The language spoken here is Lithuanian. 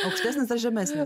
aukštesnis ar žemesnis